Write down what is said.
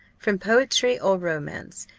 from poetry or romance,